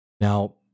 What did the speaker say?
Now